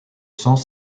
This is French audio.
sens